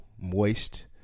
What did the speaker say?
moist